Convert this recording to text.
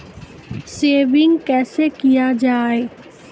Saving कैसै किया जाय?